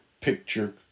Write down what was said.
picture